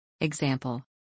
Example